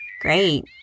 Great